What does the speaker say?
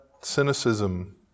cynicism